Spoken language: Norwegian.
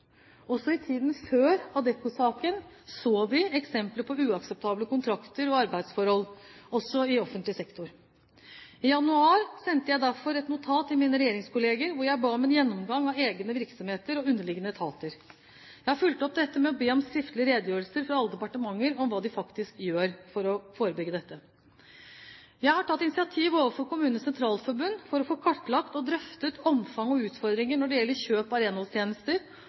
Også i tiden før Adecco-sakene så vi eksempler på uakseptable kontrakter og arbeidsforhold, også i offentlig sektor. I januar sendte jeg derfor et notat til mine regjeringskolleger hvor jeg ba om en gjennomgang av egne virksomheter og underliggende etater. Jeg har fulgt opp dette ved å be om en skriftlig redegjørelse fra alle departementer om hva de faktisk gjør for å forebygge dette. Jeg har tatt initiativ overfor KS for å få kartlagt og drøftet omfang og utfordringer når det gjelder kjøp av